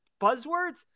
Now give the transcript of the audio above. buzzwords